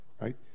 right